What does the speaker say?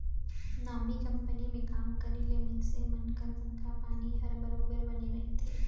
नामी कंपनी में काम करे ले मइनसे मन कर तनखा पानी हर बरोबेर बने रहथे